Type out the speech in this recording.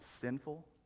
sinful